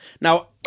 Now